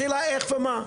השאלה היא איך לומר.